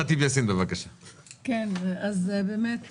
באמת,